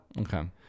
Okay